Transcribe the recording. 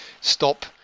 stop